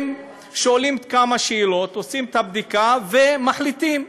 הם שואלים כמה שאלות, עושים את הבדיקה ומחליטים,